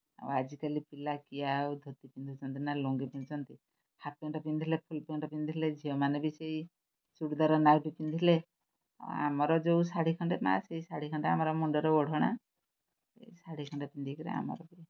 ଆଉ ଆଜିକାଲି ପିଲା କିଏ ଆଉ ଧୋତି ପିନ୍ଧୁଛନ୍ତି ନା ଲୁଙ୍ଗି ପିନ୍ଧୁଛନ୍ତି ହାଫ୍ ପ୍ୟାଣ୍ଟ୍ ପିନ୍ଧିଲେ ଫୁଲ୍ ପ୍ୟାଣ୍ଟ୍ ପିନ୍ଧିଲେ ଝିଅମାନେ ବି ସେଇ ଚୁଡ଼ିଦାର ନାଇଟି୍ ପିନ୍ଧିଲେ ଆମର ଯେଉଁ ଶାଢ଼ୀ ଖଣ୍ଡେ ମାଆ ସେଇ ଶାଢ଼ୀ ଖଣ୍ଡେ ଆମର ମୁଣ୍ଡର ଓଢ଼ଣା ସେ ଶାଢ଼ୀ ଖଣ୍ଡେ ପିନ୍ଧିକିରି ଆମର ବି